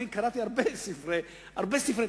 אני קראתי הרבה ספרי תקציב,